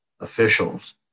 officials